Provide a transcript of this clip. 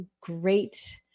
great